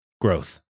Growth